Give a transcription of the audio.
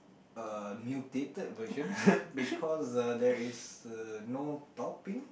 uh mutated versions because uh there is uh no topping